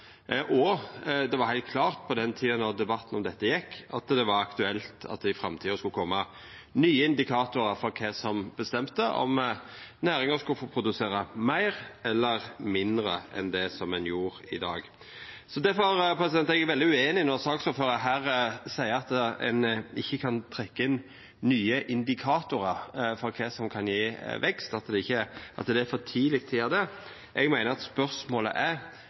regime. Det var heilt klart på den tida debatten om dette gjekk, at det var aktuelt at det i framtida skulle koma nye indikatorar for kva som bestemte om næringa skulle få produsera meir eller mindre enn det ein gjorde då. Difor er eg veldig ueinig når saksordføraren her seier at ein ikkje kan trekkja inn nye indikatorar for kva som kan gje vekst, at det er for tidleg å gjera det. Eg meiner at spørsmålet er: